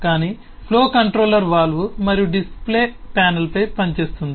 కానీ flow controller valve మరియు display ప్యానెల్పై పనిచేస్తుంది